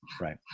right